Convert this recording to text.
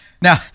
Now